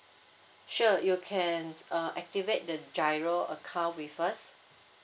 sure you can uh activate the GIRO account with us